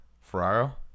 Ferraro